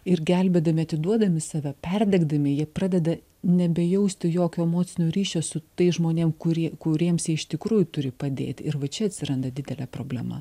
ir gelbėdami atiduodami save perdegdami jie pradeda nebejausti jokio emocinio ryšio su tais žmonėm kurie kuriems jie iš tikrųjų turi padėt ir va čia atsiranda didelė problema